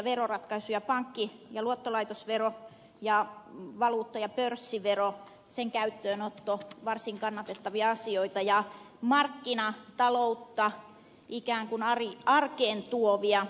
pankki ja luottolaitosveron ja valuutta ja pörssiveron käyttöönotto varsin kannatettavia asioita ja markkinataloutta ikään kuin arkeen tuovia ratkaisuja